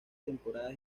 temporadas